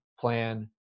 plan